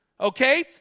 Okay